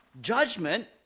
judgment